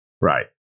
Right